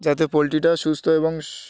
যাতে পোলট্রিটা সুস্থ এবং